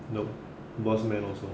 nope boss man also